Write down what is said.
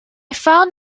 found